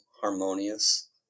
harmonious